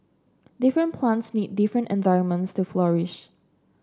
different plants need different environments to flourish